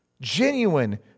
genuine